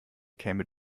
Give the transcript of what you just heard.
käme